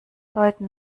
leuten